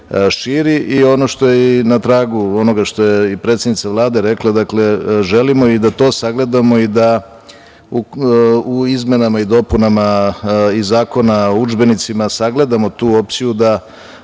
širi i ono što je i na tragu onoga što je i predsednica Vlade rekla, dakle, želimo i da to sagledamo i da u izmenama i dopunama i Zakona o udžbenicima sagledamo tu opciju da